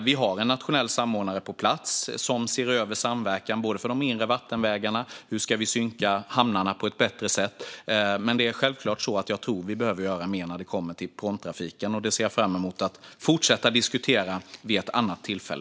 Det finns en nationell samordnare på plats, som ser över samverkan för de inre vattenvägarna och hur vi ska synka hamnarna på ett bättre sätt. Men jag tror att vi behöver göra mer när det kommer till pråmtrafiken. Jag ser fram emot att fortsätta diskutera det vid ett annat tillfälle.